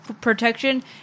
protection